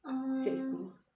err six days